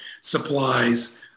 supplies